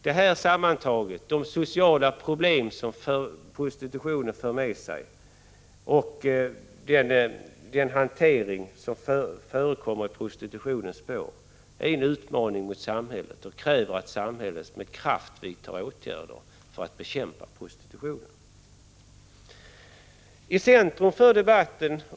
Detta sammantaget — de sociala problem som prostitutionen för med sig och den hantering som förekommer i prostitutionens spår — är en utmaning mot samhället och kräver att samhället med kraft vidtar åtgärder för att bekämpa prostitutionen.